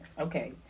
Okay